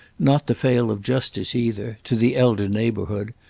not to fail of justice either, to the elder neighbourhood,